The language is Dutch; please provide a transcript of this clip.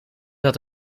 dat